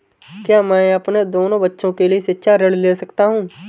क्या मैं अपने दोनों बच्चों के लिए शिक्षा ऋण ले सकता हूँ?